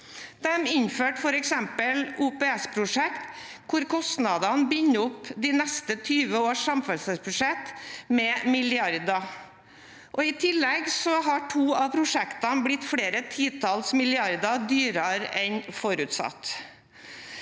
De innførte f.eks. OPSprosjekt hvor kostnadene binder opp de neste 20 års samferdselsbudsjett med milliarder, og i tillegg har to av prosjektene blitt flere titalls milliarder dyrere enn forut